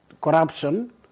corruption